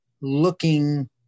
looking